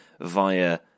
via